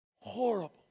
horrible